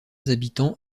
habitants